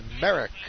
merrick